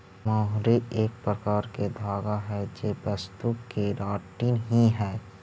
मोहरी एक प्रकार के धागा हई जे वस्तु केराटिन ही हई